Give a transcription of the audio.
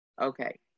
Okay